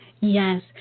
Yes